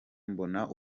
mbona